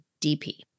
DP